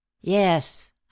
Yes